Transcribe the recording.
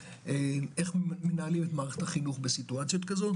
איך מנהלים את מערכת החינוך במצב כזה,